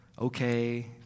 okay